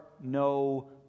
no